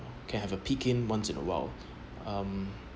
can have a peeking once in awhile um